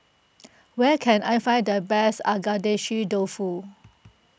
where can I find the best Agedashi Dofu